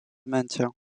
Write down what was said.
maintien